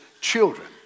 children